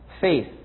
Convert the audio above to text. Faith